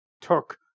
took